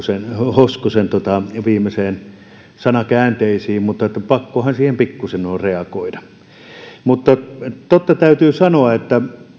hoskosen viimeisistä sanakäänteistä mutta pakkohan siihen pikkusen on reagoida täytyy sanoa että